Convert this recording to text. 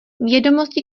vědomosti